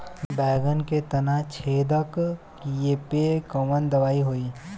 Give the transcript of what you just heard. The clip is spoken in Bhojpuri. बैगन के तना छेदक कियेपे कवन दवाई होई?